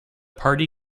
party